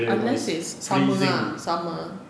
unless it's summer lah summer